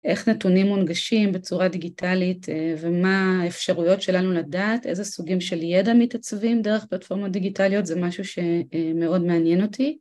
איך נתונים מונגשים בצורה דיגיטלית ומה האפשרויות שלנו לדעת איזה סוגים של ידע מתעצבים דרך פלטפורמות דיגיטליות זה משהו שמאוד מעניין אותי